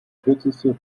kürzeste